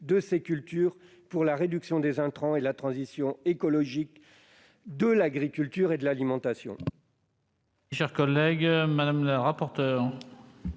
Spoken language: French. de ces cultures pour la réduction des intrants et la transition écologique de l'agriculture et de l'alimentation.